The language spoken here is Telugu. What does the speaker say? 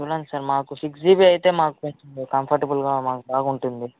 కొనాలి సార్ మాకు సిక్స్ జీబీ అయితే మాకు కొంచం కంఫర్టబుల్గా మాకు బాగుంటుంది